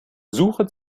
suche